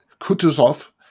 Kutuzov